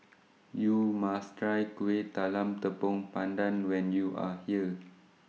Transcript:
YOU must Try Kuih Talam Tepong Pandan when YOU Are here